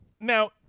now